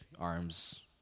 arms